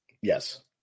Yes